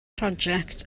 project